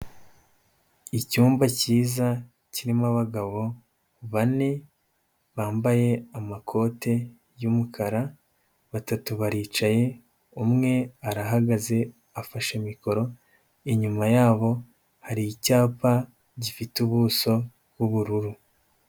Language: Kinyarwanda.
Icyumba cyiza kirimo abagabo bane bambaye amakoti y'umukara, batatu baricaye, umwe arahagaze afashe mikoro, inyuma yabo hari icyapa gifite ubuso bw'ubururu.